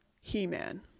he-man